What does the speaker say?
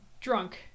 drunk